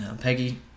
Peggy